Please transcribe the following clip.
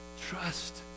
Trust